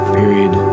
period